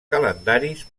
calendaris